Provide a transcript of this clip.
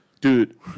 Dude